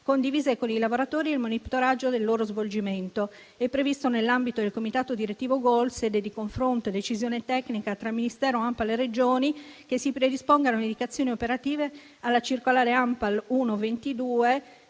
condivise con i lavoratori e il monitoraggio del loro svolgimento. È previsto nell'ambito del comitato direttivo GOL, sede di confronto e decisione tecnica tra Ministero, ANPAL e Regioni, che si predispongano indicazioni operative alla circolare ANPAL n.